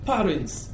Parents